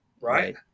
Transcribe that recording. right